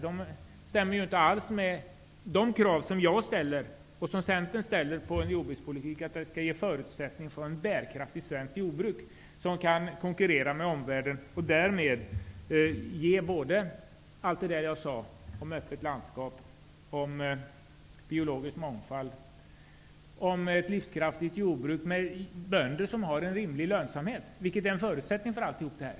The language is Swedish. De stämmer inte alls med de krav som jag och Centern ställer på en jordbrukspolitik, att den skall ha förutsättningar för ett bärkraftigt svenskt jordbruk som kan konkurrera med omvärlden och därmed ge allt det som jag nämnde om öppet landskap, biologisk mångfald och ett livskraftigt jordbruk med bönder som har en rimlig lönsamhet, vilket är en förutsättning för allt detta.